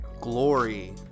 glory